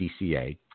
DCA